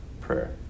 prayer